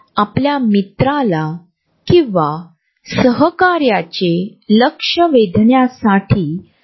Edward Hall या मानववंशशास्त्रज्ञच्या मते त्यांना संशोधनात अनेक भिन्न संस्कृतींमध्ये वैयक्तिक जागेचे काही अतिशय सातत्यपूर्ण झोन सापडले